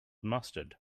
mustard